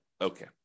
okay